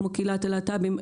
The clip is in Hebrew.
כמו קהילת הלהט"בים.